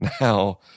Now